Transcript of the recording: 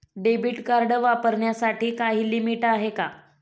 Debit card वापरण्यासाठी काही limit आहे का?